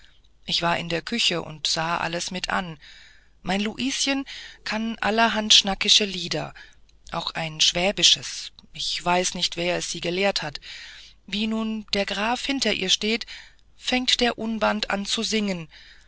ich war in der küche und sah alles mit an mein luischen kann allerhand schnackische lieder auch ein schwäbisches ich weiß nicht wer sie es gelehrt hat wie nun der graf hinter ihr steht fängt der unband an zu singen